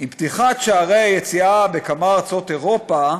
"עם פתיחת שערי היציאה בכמה ארצות אירופה,